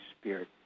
Spirit